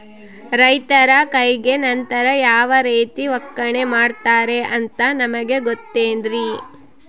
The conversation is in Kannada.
ರೈತರ ಕೈಗೆ ನಂತರ ಯಾವ ರೇತಿ ಒಕ್ಕಣೆ ಮಾಡ್ತಾರೆ ಅಂತ ನಿಮಗೆ ಗೊತ್ತೇನ್ರಿ?